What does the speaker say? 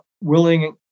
willing